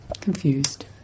Confused